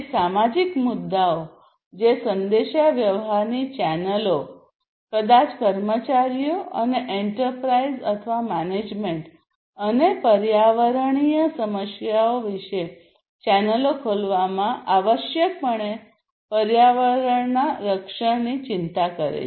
પછી સામાજિક મુદ્દાઓ જે સંદેશાવ્યવહારની ચેનલો કદાચ કર્મચારીઓ અને એન્ટરપ્રાઇઝ અથવા મેનેજમેન્ટ અને પર્યાવરણીય સમસ્યાઓ વચ્ચે ચેનલો ખોલવામાં આવશ્યકપણે પર્યાવરણના રક્ષણની ચિંતા કરશે